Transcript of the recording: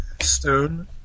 stone